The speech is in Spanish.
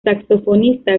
saxofonista